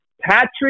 Patrick